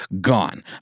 gone